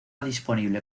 disponible